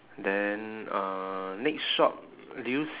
then uh next shop do you s~